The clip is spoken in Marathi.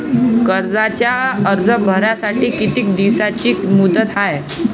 कर्जाचा अर्ज भरासाठी किती दिसाची मुदत हाय?